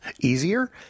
Easier